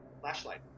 flashlight